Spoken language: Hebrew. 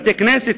בתי-כנסת,